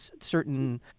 certain